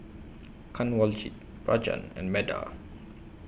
Kanwaljit Rajan and Medha